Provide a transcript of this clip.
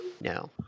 No